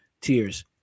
tears